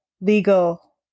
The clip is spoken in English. legal